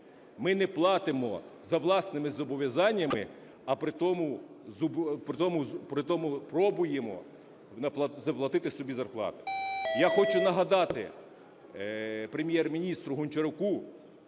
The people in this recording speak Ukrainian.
Ми не платимо за власними зобов'язаннями, а при тому пробуємо заплатити собі зарплату. Я хочу нагадати Прем'єр-міністру Гончаруку,